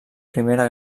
primera